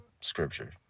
scripture